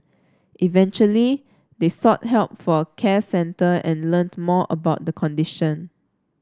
eventually they sought help for a care centre and learnt more about the condition